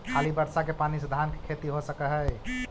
खाली बर्षा के पानी से धान के खेती हो सक हइ?